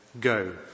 go